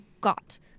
got